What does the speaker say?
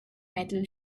metal